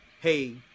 Hey